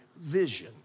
vision